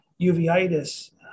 uveitis